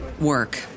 work